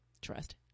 Trust